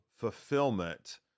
fulfillment